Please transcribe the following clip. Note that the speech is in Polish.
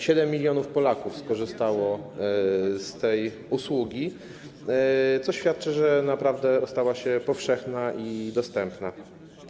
7 mln Polaków skorzystało z tej usługi, co świadczy o tym, że naprawdę stała się powszechna i dostępna.